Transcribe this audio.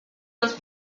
los